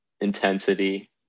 intensity